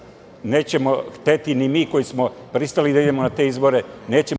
nećemo hteti ni mi koji smo pristali da idemo na te izbore,